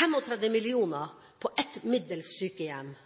35 mill. kr på et middels stort sykehjem